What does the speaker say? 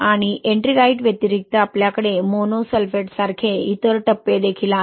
आणि एट्रिंगाइट व्यतिरिक्त आपल्याकडे मोनो सल्फेटसारखे इतर टप्पे देखील आहेत